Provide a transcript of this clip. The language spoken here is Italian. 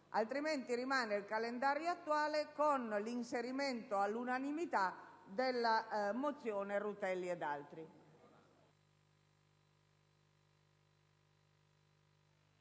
Altrimenti, rimane il calendario attuale, con l'inserimento, all'unanimità, della mozione Rutelli ed altri.